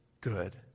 good